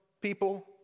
people